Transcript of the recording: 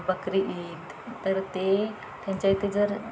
बकरी ईद तर ते त्यांच्या इथे जर